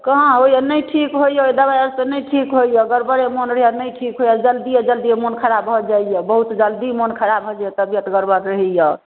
कहाँ होइए नहि ठीक होइए ओहि दवाइसँ नहि ठीक होइए गड़बड़े मोन रहैए नहि ठीक होइए जल्दिए जल्दिए मोन खराब भऽ जाइए बहुत जल्दी मोन खराब तबियत गड़बड़ रहैए